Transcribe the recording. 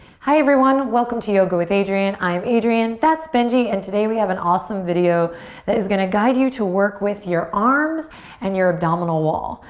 hi everyone! welcome to yoga with adriene. i'm adriene, that's benji, and today we have an awesome video that is gonna guide you to work with your arms and your abdominal wall.